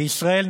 בישראל,